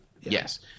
Yes